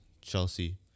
Chelsea